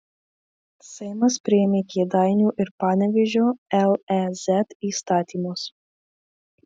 seimas priėmė kėdainių ir panevėžio lez įstatymus